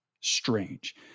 strange